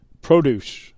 produce